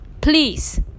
please